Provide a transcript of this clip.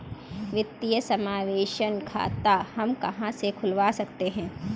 वित्तीय समावेशन खाता हम कहां से खुलवा सकते हैं?